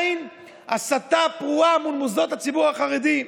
הסתה פרועה מול מוסדות הציבור החרדי.